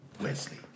Wesley